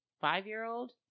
five-year-old